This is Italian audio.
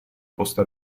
posta